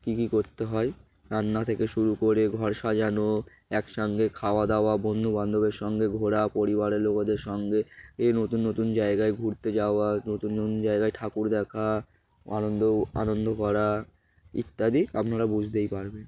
কী কী করতে হয় রান্না থেকে শুরু করে ঘর সাজানো একসঙ্গে খাওয়া দাওয়া বন্ধুবান্ধবের সঙ্গে ঘোরা পরিবারের লোকদের সঙ্গে এই নতুন নতুন জায়গায় ঘুরতে যাওয়া নতুন নতুন জায়গায় ঠাকুর দেখা আনন্দ আনন্দ করা ইত্যাদি আপনারা বুঝতেই পারবেন